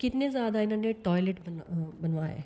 कितने ज्यादा इनें ने टायलेट बनाए बनवाए